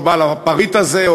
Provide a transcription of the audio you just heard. או בעל הפריט הזה,